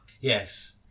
yes